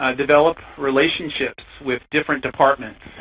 ah develop relationships with different departments.